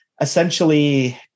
essentially